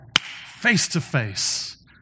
face-to-face